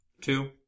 two